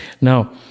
Now